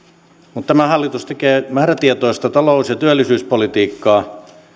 mutta tämä hallitus tekee määrätietoista talous ja työllisyyspolitiikkaa